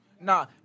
Nah